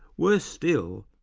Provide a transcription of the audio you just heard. worse still,